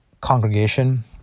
congregation